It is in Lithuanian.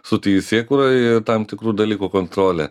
su teisėkūra ir tam tikrų dalykų kontrole